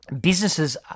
businesses